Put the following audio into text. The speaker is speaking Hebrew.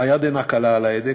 היד אינה קלה על ההדק.